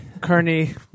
Kearney